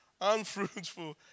unfruitful